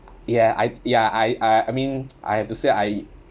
ya I ya I I mean I have to say I